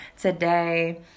today